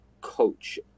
coach